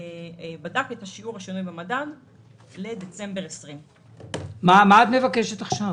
ובדק את שיעור השינוי במדד לדצמבר 2020. מה את מבקשת עכשיו?